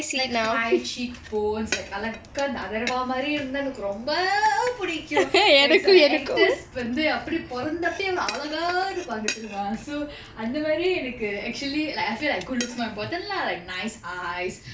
like high cheek bones like அழகா அந்த:alaka antha atharva மாறி இருந்தா எனக்கு ரொம்ப புடிக்கும்:mari iruntha enakku romba pudikkum like செல:sela actors வந்து அப்படி பொறந்தப்பே அழகா இருப்பாங்க தெரியுமா:vanthu appadi poranthappe alaka iruppanga theriyuma so அந்த மாறி எனக்கு:antha mari enakku actually like I feel like good looks more important lah like nice eyes